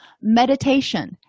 meditation